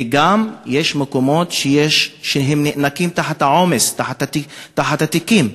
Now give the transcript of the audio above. וגם יש מקומות שהם נאנקים תחת העומס, תחת התיקים.